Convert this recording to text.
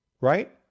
right